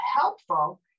helpful